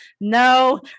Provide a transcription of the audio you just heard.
no